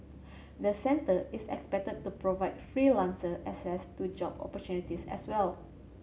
the centre is expected to provide freelancer access to job opportunities as well